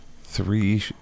Three